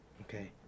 Okay